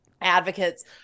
advocates